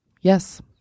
Yes